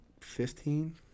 fifteen